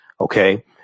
okay